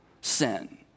sin